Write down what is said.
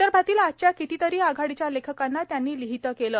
विदर्भातील आजच्या कितीतरी आघाडीच्या लेखकांना त्यांनी लिहिते केले